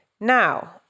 Now